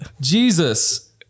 Jesus